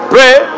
Pray